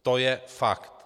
To je fakt.